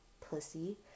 pussy